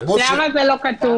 אז למה זה לא כתוב?